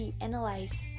analyze